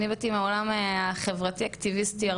אני באתי מהעולם החברתי אקטיביסטי,